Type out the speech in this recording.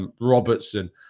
Robertson